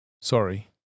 sorry